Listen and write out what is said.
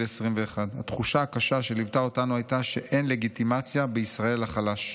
21. התחושה הקשה שליוותה אותנו הייתה שאין לגיטימציה בישראל לחלש.